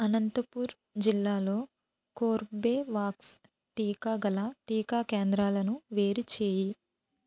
అనంతపూర్ జిల్లాలో కోర్బేవాక్స్ టీకా గల టీకా కేంద్రాలను వేరు చెయ్యి